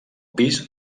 pis